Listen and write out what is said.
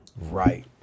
Right